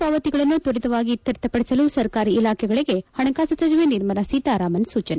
ಎಲ್ಲಾ ಬಾಕಿ ಪಾವತಿಗಳನ್ನು ತ್ವರಿತವಾಗಿ ಇತ್ಯರ್ಥಪಡಿಸಲು ಸರ್ಕಾರಿ ಇಲಾಖೆಗಳಿಗೆ ಹಣಕಾಸು ಸಚಿವೆ ನಿರ್ಮಲಾ ಸೀತಾರಾಮನ್ ಸೂಚನೆ